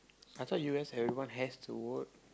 I thought you guys everyone has to vote